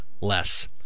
less